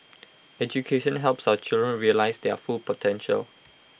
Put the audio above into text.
education helps our children realise their full potential